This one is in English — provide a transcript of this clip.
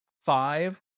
five